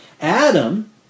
Adam